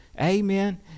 Amen